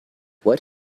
what